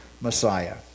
Messiah